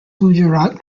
gujarat